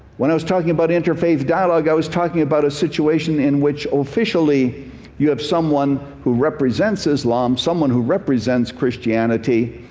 when i was talking about interfaith dialogue i was talking about a situation in which officially you have someone who represents islam, someone who represents christianity,